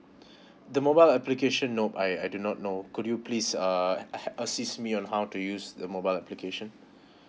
the mobile application nope I I do not know could you please err a~ assist me on how to use the mobile application